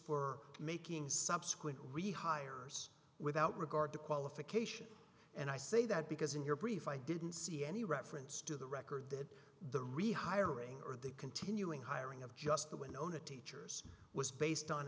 for making subsequent re higher without regard to qualification and i say that because in your brief i didn't see any reference to the record that the rehiring are they continuing hiring of just the wind on a teacher's was based on